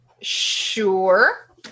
Sure